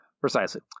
Precisely